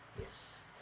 Yes